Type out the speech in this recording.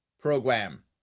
Program